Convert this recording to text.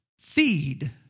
feed